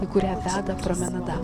į kurią veda promenada